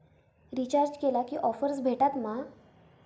Recharge केला की offers भेटात मा?